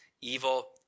evil